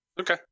Okay